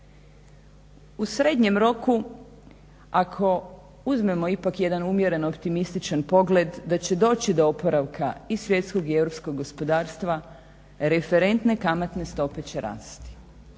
U srednjem roku ako uzmemo ipak jedan umjereno optimističan pogled da će doći do oporavka i svjetskog i europskog gospodarstva referentne kamatne stope će rasti.